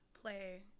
play